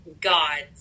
God's